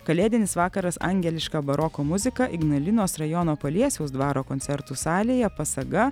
kalėdinis vakaras angeliška baroko muzika ignalinos rajono paliesiaus dvaro koncertų salėje pasaga